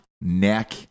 neck